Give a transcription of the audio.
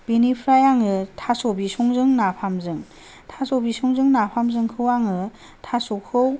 बिनिफ्राय आङो थास' बिसंजों नाफामजों थास' बिसंजों नाफामजोंखौ आङो थास'खौ